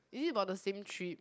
this is about the same trip